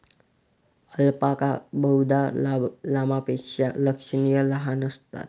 alpaca बहुधा लामापेक्षा लक्षणीय लहान असतात